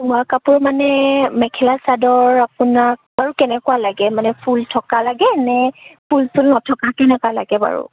বোৱা কাপোৰ মানে মেখেলা চাদৰ আপোনাক বাৰু কেনেকুৱা লাগে মানে ফুল থকা লাগে নে ফুল চুল নথকা কেনেকুৱা লাগে বাৰু